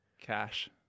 Cash